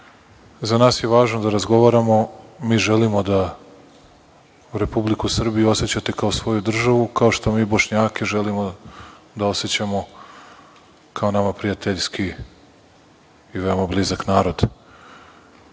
Za nas je važno da razgovaramo. Mi želimo da Republiku Srbiju osećate kao svoju državu, kao što mi Bošnjake želimo da osećamo kao nama prijateljski i veoma blizak narod. Ja